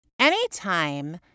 Anytime